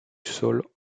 sol